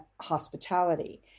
hospitality